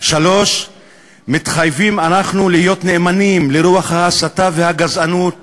3. מתחייבים אנחנו להיות נאמנים לרוח ההסתה והגזענות שלך,